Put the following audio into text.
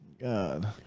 God